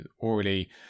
already